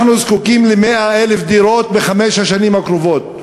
אנחנו זקוקים ל-100,000 דירות בחמש השנים הקרובות.